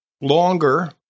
longer